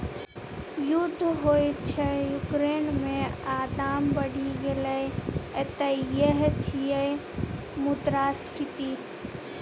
युद्ध होइ छै युक्रेन मे आ दाम बढ़ि गेलै एतय यैह छियै मुद्रास्फीति